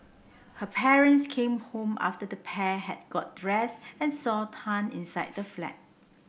her parents came home after the pair had got dressed and saw Tan inside the flat